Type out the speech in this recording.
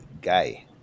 guy